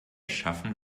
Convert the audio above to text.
schaffen